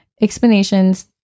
Explanations